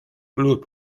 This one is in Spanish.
club